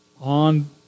on